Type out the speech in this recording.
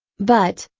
but,